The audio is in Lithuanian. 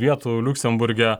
vietų liuksemburge